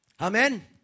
Amen